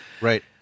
right